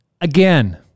Again